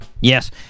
Yes